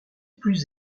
plus